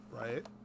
Right